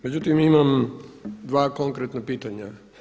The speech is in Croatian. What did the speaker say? Međutim, imam dva konkretna pitanja.